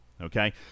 okay